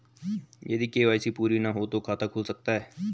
यदि के.वाई.सी पूरी ना हो तो खाता खुल सकता है?